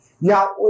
Now